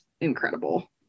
incredible